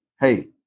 hey